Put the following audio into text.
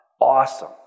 Awesome